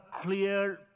clear